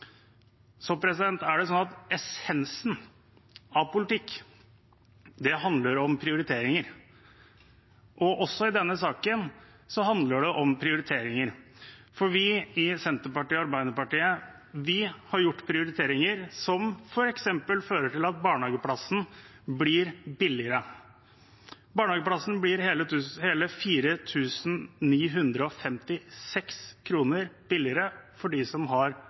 Essensen av politikk handler om prioriteringer. Også denne saken handler om prioriteringer, for vi i Senterpartiet og Arbeiderpartiet har gjort prioriteringer som f.eks. fører til at barnehageplassen blir billigere. Barnehageplassen blir hele 4 956 kr billigere for dem som har